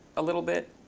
a little bit